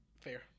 Fair